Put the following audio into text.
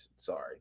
Sorry